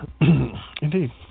Indeed